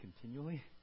continually